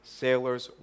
sailor's